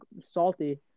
salty